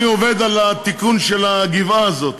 אני עובד על התיקון של הגבעה הזאת,